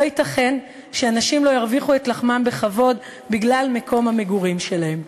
לא ייתכן שאנשים לא ירוויחו את לחמם בכבוד בגלל מקום המגורים שלהם.